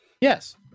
Yes